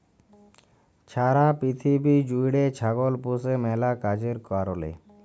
ছারা পিথিবী জ্যুইড়ে ছাগল পুষে ম্যালা কাজের কারলে